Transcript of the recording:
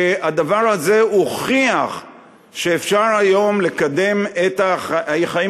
הדבר הזה הוכיח שאפשר היום לקדם את החיים